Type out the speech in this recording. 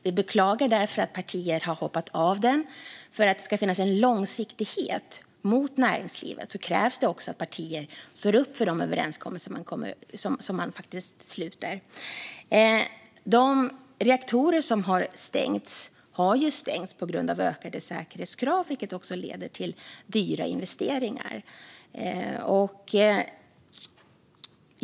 Vi beklagar därför att partier har hoppat av den, för ska det finnas en långsiktighet mot näringslivet krävs det att vi partier står upp för de överenskommelser vi sluter. De reaktorer som har stängts har stängts på grund av ökade säkerhetskrav, vilket kräver dyra investeringar.